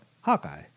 Hawkeye